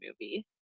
movie